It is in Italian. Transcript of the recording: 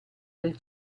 del